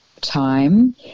time